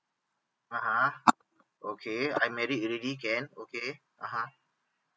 (uh huh) okay I'm married already can okay (uh huh)